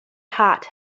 hot